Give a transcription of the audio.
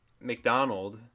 McDonald